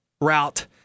route